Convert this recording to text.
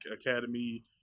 Academy